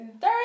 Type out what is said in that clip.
third